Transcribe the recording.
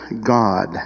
God